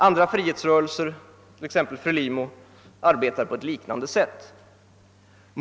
Andra frihetsrörelser, t.ex. FRELIMO, arbetar på ett liknande sätt.